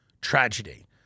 tragedy